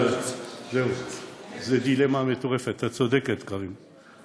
לא, זו דילמה מטורפת, את צודקת, קארין.